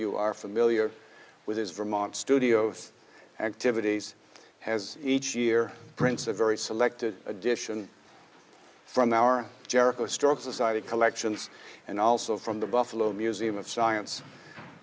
you are familiar with his vermont studio of activities has each year prints a very selected edition from our jericho struck society collections and also from the buffalo museum of science